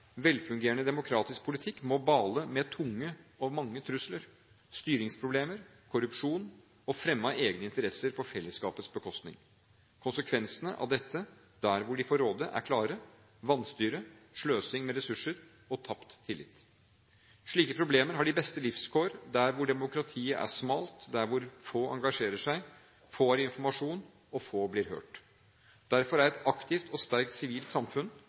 Velfungerende demokratisk politikk må bale med tunge – og mange – trusler: styringsproblemer, korrupsjon og fremme av egne interesser på fellesskapets bekostning. Konsekvensene – der dette får råde – er klare: vanstyre, sløsing med ressurser og tapt tillit. Slike problemer har de beste livsvilkår der demokratiet er smalt, der få engasjerer seg, få har informasjon og få blir hørt. Derfor er et aktivt og sterkt sivilt samfunn